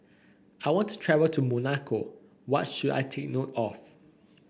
I want to travel to Monaco what should I take note of